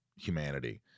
humanity